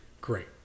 great